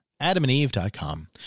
adamandeve.com